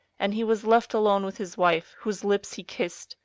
and he was left alone with his wife, whose lips he kissed,